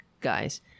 guys